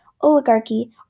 oligarchy